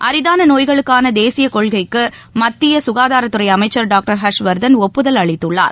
அரிதானநோய்களுக்கானதேசியகொள்கைக்குமத்தியசுகாதாரத்துறைஅமைச்சர் ஹர்ஷ்வர்தன் ஒப்புதல் அளித்துள்ளார்